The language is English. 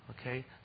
Okay